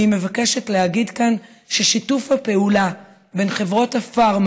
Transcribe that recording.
אני מבקשת להגיד כאן ששיתוף הפעולה בין חברות הפארמה